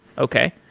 okay.